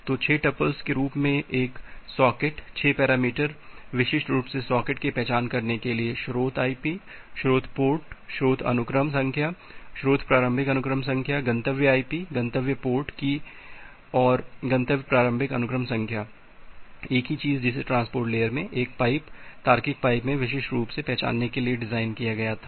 तो 6 टुपल्स के रूप में एक सॉकेट 6 पैरामीटर विशिष्ट रूप से सॉकेट की पहचान करने के लिए स्रोत IP स्रोत पोर्ट स्रोत अनुक्रम संख्या स्रोत प्रारंभिक अनुक्रम संख्या गंतव्य IP गंतव्य पोर्ट की और गंतव्य प्रारंभिक अनुक्रम संख्या एक ही चीज जिसे ट्रांसपोर्ट लेयर में एक पाइप तार्किक पाइप में विशिष्ट रूप से पहचानने के लिए डिज़ाइन किया गया था